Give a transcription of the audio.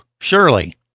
surely